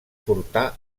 portar